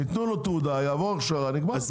יתנו לו תעודה, יעבור הכשרה, נגמר הסיפור.